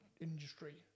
industry